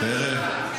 תראה,